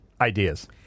ideas